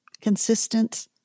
consistent